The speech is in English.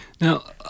Now